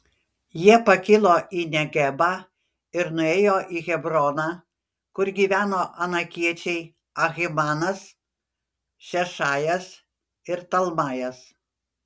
jie pakilo į negebą ir nuėjo į hebroną kur gyveno anakiečiai ahimanas šešajas ir talmajas